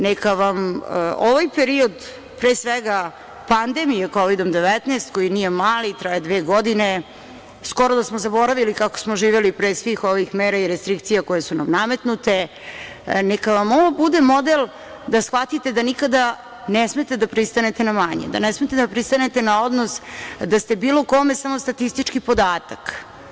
Neka vam ovaj period, pre svega pandemije Kovidom 19, koji nije mali, traje dve godine, skoro da smo zaboravili kako smo živeli pre svih ovih mera i restrikcija koje su nam nametnute, neka vam ovo bude model da shvatite da nikada ne smete da pristanete na manje, da ne smete da pristanete na odnos da ste bilo kome samo statistički podatak.